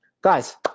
Guys